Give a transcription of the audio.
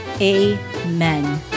amen